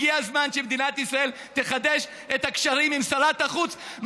הגיע הזמן שמדינת ישראל תחדש את הקשרים עם שרת החוץ,